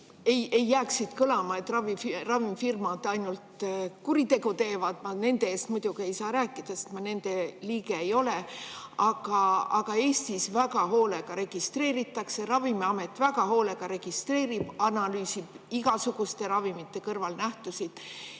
ei jääks siit kõlama, et ravimifirmad ainult kuritegevusega tegelevad. Ma nende eest muidugi ei saa rääkida, sest ma nende liige ei ole. Aga Eestis väga hoolega registreeritakse, Ravimiamet väga hoolega registreerib ja analüüsib igasuguste ravimite kõrvalnähtusid.